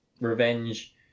Revenge